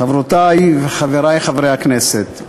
חברותי וחברי חברי הכנסת,